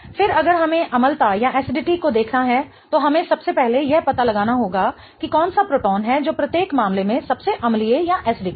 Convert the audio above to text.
फिर अगर हमें अम्लता को देखना है तो हमें सबसे पहले यह पता लगाना होगा कि कौन सा प्रोटॉन है जो प्रत्येक मामले में सबसे अम्लीय है ठीक है